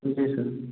जी sir